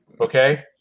Okay